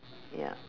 ya